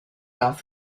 darth